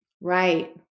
Right